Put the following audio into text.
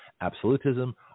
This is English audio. absolutism